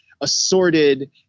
assorted